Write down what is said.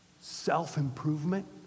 self-improvement